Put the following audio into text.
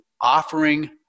offering